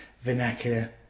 vernacular